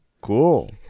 Cool